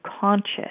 conscious